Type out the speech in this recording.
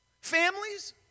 Families